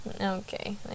Okay